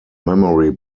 memory